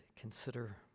consider